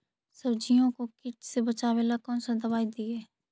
सब्जियों को किट से बचाबेला कौन सा दबाई दीए?